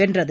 வென்றது